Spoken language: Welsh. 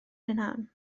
prynhawn